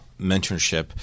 mentorship